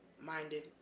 minded